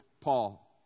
Paul